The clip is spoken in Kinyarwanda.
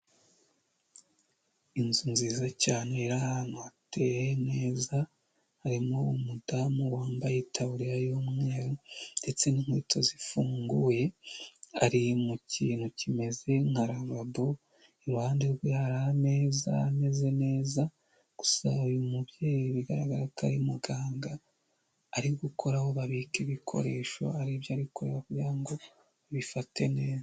Inzu nziza cyane iri ahantu hateye neza harimo umudamu wambaye itaburiya y'umweru ndetse n'inkweto zifunguye, ari mu kintu kimeze nka lavabo iruhande rwe hari ameza ameze neza gusa uyu mubyeyi bigaragara ko muganga ari gukoraho babika ibikoresho aribyo arikovuga ngo ba abifate neza.